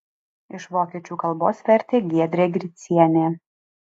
iš vokiečių kalbos vertė giedrė gricienė